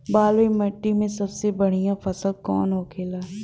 बलुई मिट्टी में सबसे बढ़ियां फसल कौन कौन होखेला?